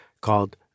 called